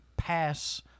Pass